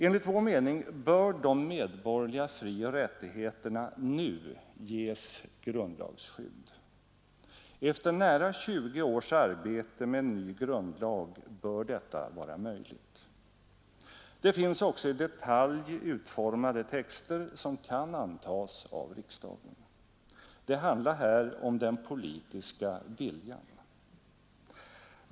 Enligt vår mening bör de medborgerliga frioch rättigheterna nu ges grundlagsskydd. Efter när tjugo års arbete med en ny grundlag bör detta vara möjligt. Det finns också i detalj utformade texter som kan antas av riksdagen. Det handlar här om den politiska viljan.